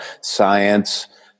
science